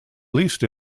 least